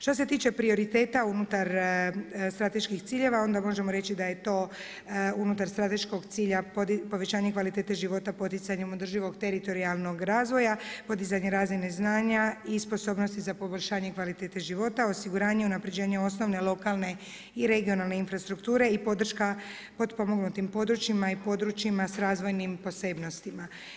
Što se tiče prioriteta unutar strateških ciljeva onda možemo reći da je to unutar strateškog cilja povećanje kvalitete života, poticanjem održivog teritorijalnog razvoja, podizanje razine znanja i sposobnosti za poboljšanje kvalitete života, osiguranje i unapređenje osnovne lokalne i regionalne infrastrukture i podrška potpomognutim područjima i područjima s razvojnim posebnostima.